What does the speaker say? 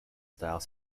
style